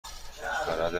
خرد